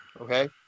okay